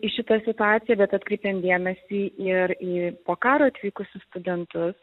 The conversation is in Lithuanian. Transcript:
į šitą situaciją bet atkreipėm dėmesį ir į po karo atvykusius studentus